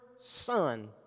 Son